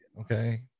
okay